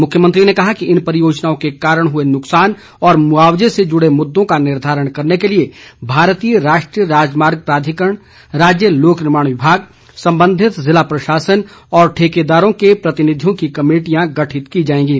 मुख्यमंत्री ने कहा कि इन परियोजनाओं के कारण हुए नुकसान और मुआवजे से जुड़े मुददों का निर्धारण करने के लिए भारतीय राष्ट्रीय राजमार्ग प्राधिकरण राज्य लोकनिर्माण विभाग संबधित जिला प्रशासन और ठेकेदारों के प्रतिनिधियों की कमेटियां गठित की जाएंगी